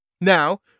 Now